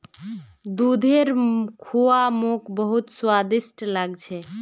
दूधेर खुआ मोक बहुत स्वादिष्ट लाग छ